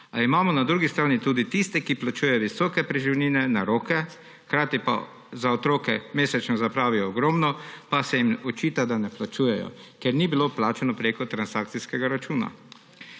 imamo na drugi strani tudi tiste, ki plačujejo visoke preživnine na roke, hkrati pa za otroke mesečno zapravijo ogromno, pa se jim očita, da ne plačujejo, ker ni bilo plačano preko transakcijskega računa.